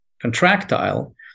contractile